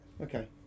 Okay